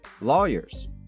lawyers